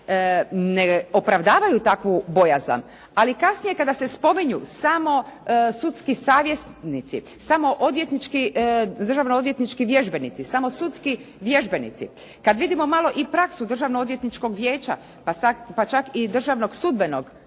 ne opravdavaju takvu bojazan, ali kasnije kada se spominju samo sudski savjetnici, samo odvjetnički, državnoodvjetnički vježbenici, samo sudski vježbenici, kad vidimo malo i praksu Državnoodvjetničkog vijeća, pa čak i Državnog sudbenog vijeća,